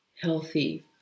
healthy